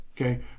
okay